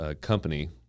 company